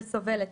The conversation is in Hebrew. וסובלת,